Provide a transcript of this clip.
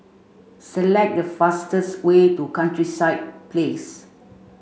select the fastest way to Countryside Place